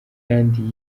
kandi